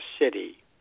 city